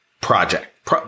project